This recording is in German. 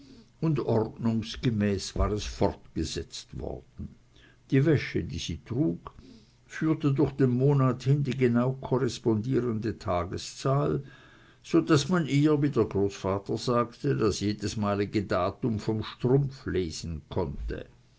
und ordnungsmäßig war es fortgesetzt worden die wäsche die sie trug führte durch den monat hin die genau korrespondierende tageszahl so daß man ihr wie der großvater sagte das jedesmalige datum vom strumpf lesen konnte